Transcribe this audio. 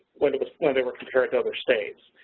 when they were compared to other states.